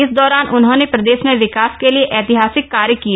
इस दौरान उन्होंने प्रदेश में विकास के लिए ऐतिहासिक कार्य किए